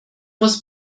muss